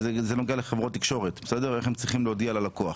נוגע לחברות תקשורת כיצד הן צריכות להודיע ללקוח.